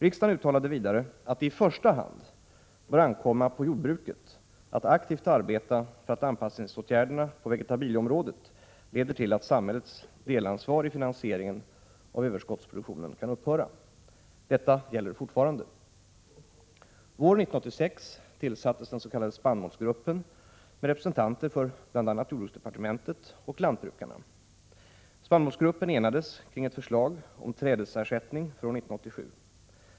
Riksdagen uttalade vidare att det i första hand bör ankomma på jordbruket att aktivt arbeta för att anpassningsåtgärderna på vegetabilieområdet leder till att samhällets delansvar i finansieringen av överskottsproduktionen kan upphöra. Detta gäller fortfarande. Våren 1986 tillsattes den s.k. spannmålsgruppen med representanter för bl.a. jordbruksdepartementet och lantbrukarna. Spannmålsgruppen enades kring ett förslag om trädesersättning för år 1987.